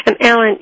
Alan